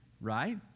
right